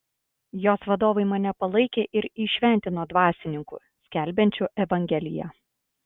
jos vadovai mane palaikė ir įšventino dvasininku skelbiančiu evangeliją